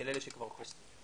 של אלה שכבר פה.